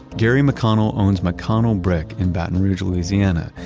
gary mcconnell owns mcconnell brick in baton rouge, louisiana,